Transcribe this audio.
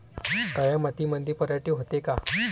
काळ्या मातीमंदी पराटी होते का?